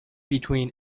between